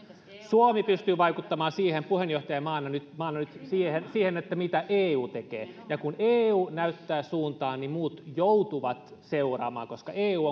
suomi pystyy vaikuttamaan puheenjohtajamaana nyt siihen mitä eu tekee ja kun eu näyttää suuntaa niin muut joutuvat seuraamaan koska eu